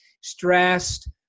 stressed